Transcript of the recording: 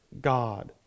God